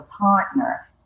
partner